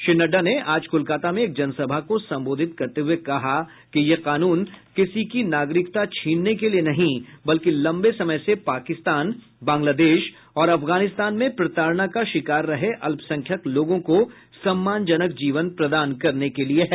श्री नड्डा ने आज कोलकाता में एक जनसभा को संबोधित करते हुए कहा कि यह कानून किसी की नागरिकता छीनने के लिये नहीं बल्कि लंबे समय से पाकिस्तान बांग्लादेश और अफगानिस्तान में प्रताड़ना का शिकार रहे अल्पसंख्यक लोगों को सम्मानजनक जीवन प्रदान करने के लिये है